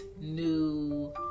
new